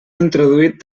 introduït